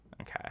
okay